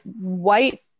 white